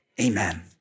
Amen